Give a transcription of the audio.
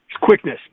quickness